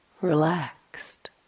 relaxed